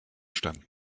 stand